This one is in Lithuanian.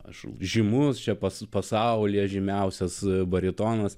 aš žymus šefas pasaulyje žymiausias baritonas